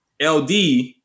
LD